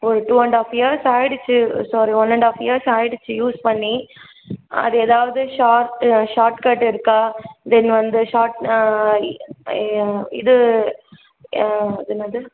ஒரு two and half years ஆகிடுச்சு sorry one and half years ஆகிடுச்சு யூஸ் பண்ணி அது ஏதாவது ஷார்ட் ஷார்ட் கட் இருக்கா தென் வந்து ஷார்ட் இ ஆ இது அது என்னது